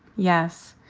yes.